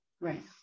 Right